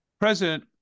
president